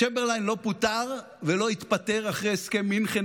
צ'מברליין לא פוטר ולא התפטר אחרי הסכם מינכן,